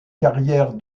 carrière